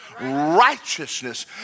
Righteousness